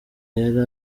yari